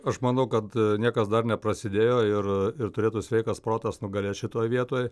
aš manau kad niekas dar neprasidėjo ir ir turėtų sveikas protas nugalėt šitoj vietoj